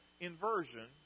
inversion